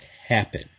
happen